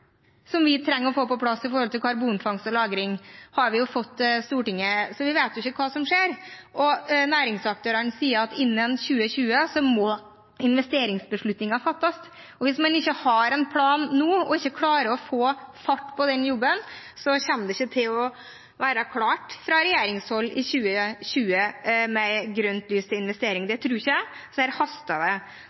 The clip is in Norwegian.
vi trenger å få på plass for karbonfangst og -lagring, har Stortinget fått, så vi vet ikke hva som skjer. Næringsaktørene sier at innen 2020 må investeringsbeslutningen fattes, og hvis man ikke har en plan nå og ikke klarer å få fart på den jobben, kommer det ikke til å være klart fra regjeringshold i 2020, med grønt lys for investering. Det tror jeg ikke, så her haster det.